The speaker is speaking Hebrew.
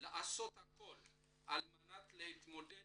לעשות הכל על מנת להתמודד